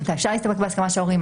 מתי אפשר להסתפק בהסכמה של ההורים,